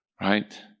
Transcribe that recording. right